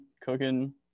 cooking